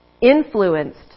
influenced